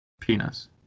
penis